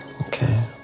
Okay